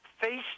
face